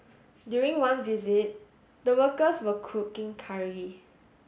during one visit the workers were cooking curry